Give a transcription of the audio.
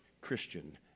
Christian